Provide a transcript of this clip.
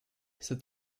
cet